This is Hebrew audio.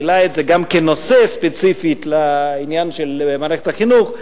גם ספציפית לעניין של מערכת החינוך,